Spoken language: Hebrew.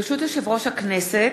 ברשות יושב-ראש הכנסת,